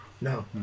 No